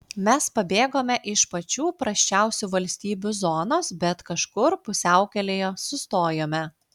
mes pabėgome iš pačių prasčiausių valstybių zonos bet kažkur pusiaukelėje sustojome